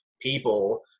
people